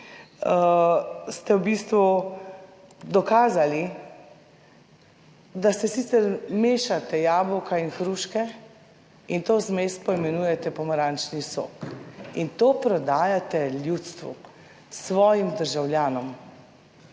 ste v bistvu dokazali, da sicer mešate jabolka in hruške, in to zmes poimenujete pomarančni sok in to prodajate ljudstvu, svojim državljanom,